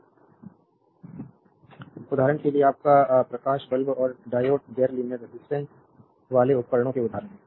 slide time देखें 1820 उदाहरण के लिए आपका प्रकाश बल्ब और डायोड गैर लीनियर रेजिस्टेंस वाले उपकरणों के उदाहरण हैं